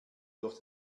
durch